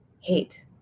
hate